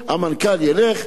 המנכ"ל ילך,